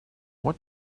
what